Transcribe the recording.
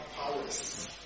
powers